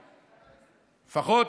לפחות,